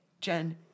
Jen